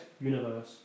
universe